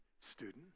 student